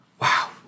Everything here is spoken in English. wow